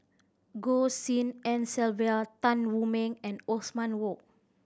Goh Tshin En Sylvia Tan Wu Meng and Othman Wok